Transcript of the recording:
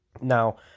Now